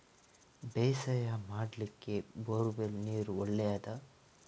ಬೇಸಾಯ ಮಾಡ್ಲಿಕ್ಕೆ bore well ನೀರು ಒಳ್ಳೆಯದಾ?